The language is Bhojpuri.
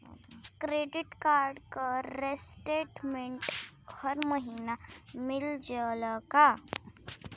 क्रेडिट कार्ड क स्टेटमेन्ट हर महिना मिल जाला का?